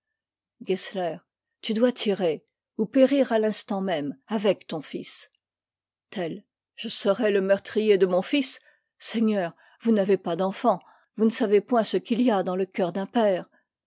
tu dois tirer ou périr à l'instant même avec ton fils tell je serais le meurtrier de mon fils seigneur vous n'avez pas d'enfants vous ne savez point ce qu'il y a dans le cœur d'un père